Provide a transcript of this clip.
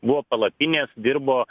buvo palapinės dirbo